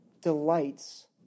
delights